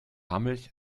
milch